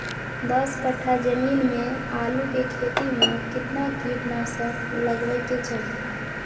दस कट्ठा जमीन में आलू के खेती म केतना कीट नासक लगबै के चाही?